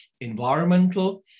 environmental